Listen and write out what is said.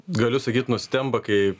galiu sakyt nustemba kai